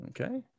Okay